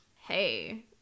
Hey